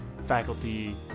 faculty